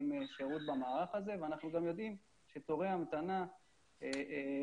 שירות במערך הזה ואנחנו גם יודעים שתורי המתנה לשירות,